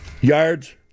Yards